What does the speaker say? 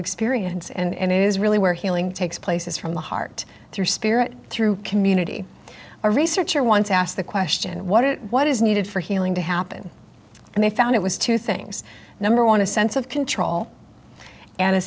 experience and it is really where healing takes place is from the heart through spirit through community a researcher once asked the question what it what is needed for healing to happen and they found it was two things number one a sense of control and a